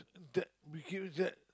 that we keep that